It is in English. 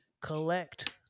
collect